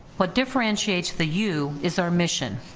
what differentiates the u is our mission,